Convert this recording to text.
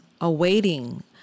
awaiting